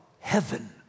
heaven